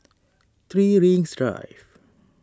three Rings Drive